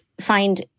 find